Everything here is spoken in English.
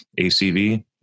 ACV